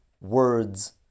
words